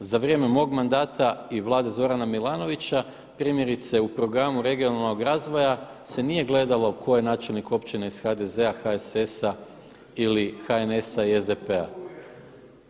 Za vrijeme mog mandata i Vlade Zorana Milanovića primjerice u Programu regionalnog razvoja se nije gledao tko je načelnik općine iz HDZ-a, HSS-a ili HNS-a i SDP-a.